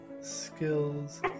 Skills